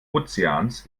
ozeans